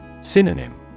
Synonym